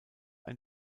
ein